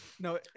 No